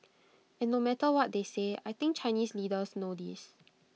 and no matter what they may say I think Chinese leaders know this